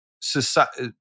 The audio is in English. Society